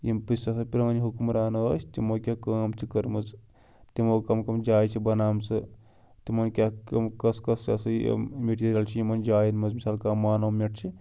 یِم ہَسا پرٛٲنۍ حُکمران ٲسۍ تِمو کیٛاہ کٲم چھِ کٔرمٕژ تِمو کَم کَم جایہِ چھِ بَنامژٕ تِمَن کیٛاہ کٕم کۄس کۄس ٲسہٕ یہِ میٚٹیٖریَل چھِ یِمَن جایَن منٛز مثال کانٛہہ مانومٮ۪نٛٹ چھِ